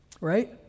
right